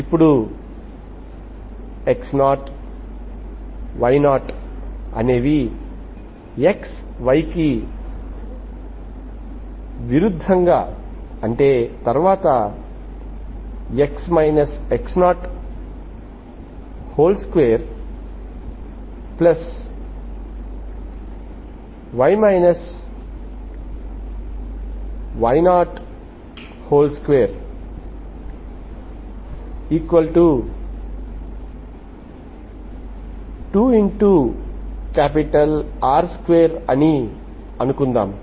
ఇప్పుడు x0 y0 xy కి విరుద్ధంగా తర్వాత x x02y y022R2 అనుకుందాం